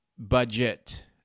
Budget